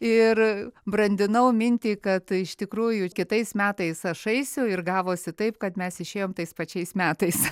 ir brandinau mintį kad iš tikrųjų kitais metais aš eisiu ir gavosi taip kad mes išėjom tais pačiais metais